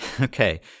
Okay